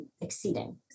exceeding